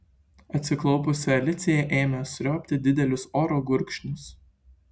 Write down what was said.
atsiklaupusi alicija ėmė sriuobti didelius oro gurkšnius